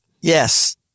Yes